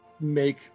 make